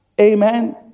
Amen